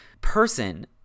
person